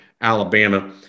Alabama